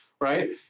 right